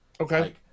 Okay